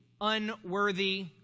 unworthy